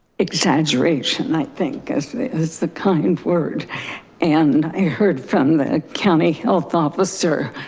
exaggeration, i think as is the kind of word and i heard from the county health officer,